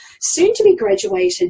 soon-to-be-graduated